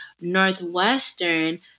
Northwestern